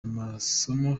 amasomo